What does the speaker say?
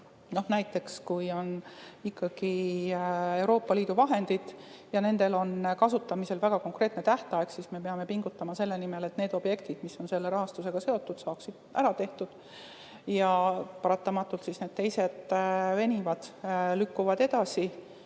Näiteks, kui on ikkagi Euroopa Liidu vahendid ja nende kasutamisel on väga konkreetne tähtaeg, siis me peame pingutama selle nimel, et need objektid, mis on selle rahastusega seotud, saaksid ära tehtud. Paratamatult need teised [projektid siis] venivad, lükkuvad edasi.